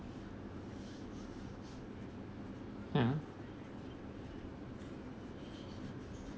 ya